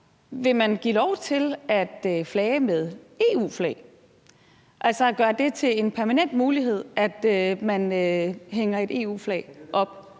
Vil man give lov til at flage med EU-flaget, altså gøre det til en permanent mulighed, at man hænger et EU-flag op?